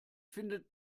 findet